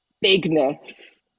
bigness